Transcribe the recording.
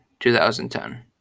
2010